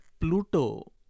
Pluto